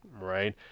right